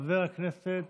חבר הכנסת